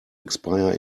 expire